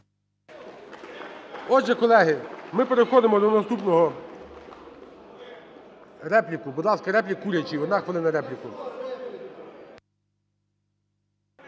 Отже, колеги, ми переходимо до наступного... Репліку? Будь ласка, репліка. Курячий, одна хвилина, репліку.